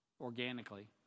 organically